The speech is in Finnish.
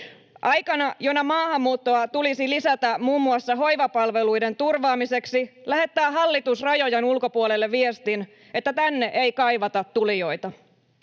Aikana, jona maahanmuuttoa tulisi lisätä muun muassa hoivapalveluiden turvaamiseksi, lähettää hallitus rajojen ulkopuolelle viestin, että tänne ei kaivata tulijoita,